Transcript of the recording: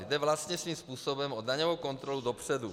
Jde vlastně svým způsobem o daňovou kontrolu dopředu.